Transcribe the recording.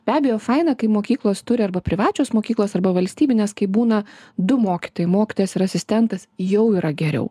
be abejo faina kai mokyklos turi arba privačios mokyklos arba valstybinės kai būna du mokytojai mokytojas ir asistentas jau yra geriau